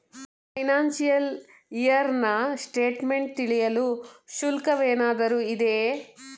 Financial year ನ statement ತಿಳಿಯಲು ಶುಲ್ಕವೇನಾದರೂ ಇದೆಯೇ?